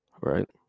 right